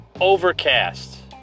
Overcast